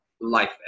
life